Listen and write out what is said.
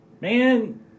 man